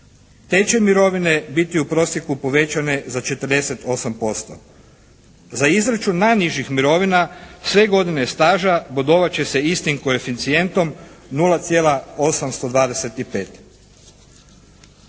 Te će mirovine biti u prosjeku povećane za 48%. Za izračun najnižih mirovina sve godine staža bodovat će se istim koeficijentom 0,825.